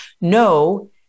no